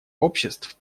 обществ